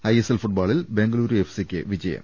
ISL ഫുട്ബോളിൽ ബെങ്കലൂരു എഫ്സിക്ക് വിജയം